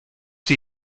dir